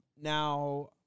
Now